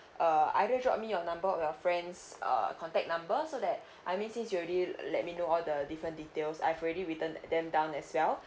uh either drop me your number or your friend's uh contact number so that I mean since you already let me know all the different details I've already written them down as well